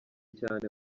cyane